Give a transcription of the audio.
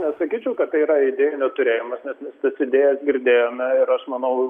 nesakyčiau kad tai yra idėjų neturėjimas nes mes tas idėjas girdėjome ir aš manau